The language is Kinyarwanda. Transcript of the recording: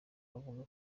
avuga